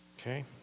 okay